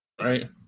Right